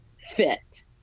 fit